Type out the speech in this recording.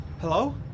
Hello